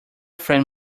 friend